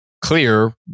clear